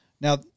Now